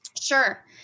Sure